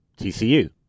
TCU